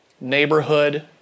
neighborhood